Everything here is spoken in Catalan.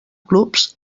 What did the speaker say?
clubs